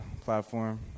platform